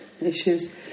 issues